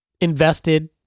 invested